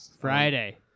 Friday